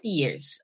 years